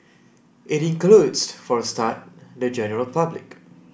it includes for a start the general public